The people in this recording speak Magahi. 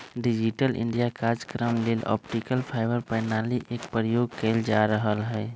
डिजिटल इंडिया काजक्रम लेल ऑप्टिकल फाइबर प्रणाली एक प्रयोग कएल जा रहल हइ